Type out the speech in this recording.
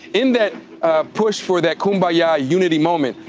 in that push for that kumbayah ah unity moment,